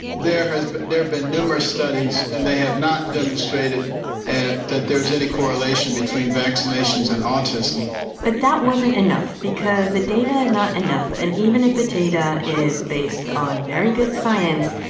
there has there have been numerous studies, and they have not demonstrated and that there is any correlation between vaccinations and autism but that wasn't enough because the data is not enough. and even if the data is based on very good science,